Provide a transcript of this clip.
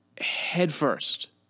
headfirst